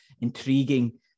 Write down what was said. intriguing